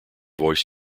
voice